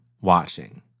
watching